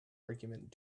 argument